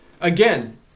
Again